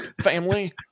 family